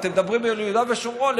אתם מדברים על יהודה ושומרון.